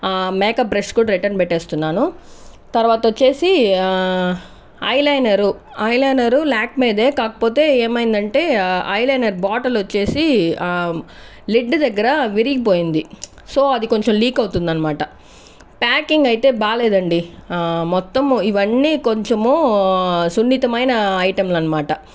makeup brush కూడా return పెట్టేస్తున్నాను తర్వాత వచ్చేసి eyeliner eyeliner Lakme దే కాకపోతే ఏమైంది అంటే ఐ లైనర్ బాటిల్ వచ్చేసి లిడ్ దగ్గర విరిగిపోయింది సో అది కొంచెం లీక్ అవుతుంది అనమాట ప్యాకింగ్ అయితే బాగా లేదండి మొత్తం ఇవన్నీ కొంచెము సున్నితమైన ఐటెంలు అనమాట